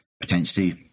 potentially